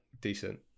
decent